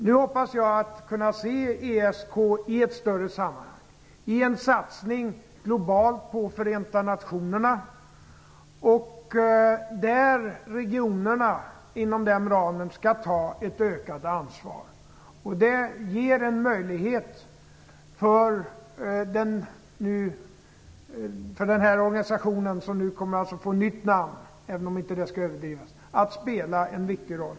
Nu hoppas jag att kunna se ESK i ett större sammanhang, i en global satsning på Förenta Nationerna där regionerna inom den ramen skall ta ett ökat ansvar. Det ger en möjlighet för organisationen, som nu kommer att få ett nytt namn, att spela en viktig roll.